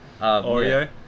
Oreo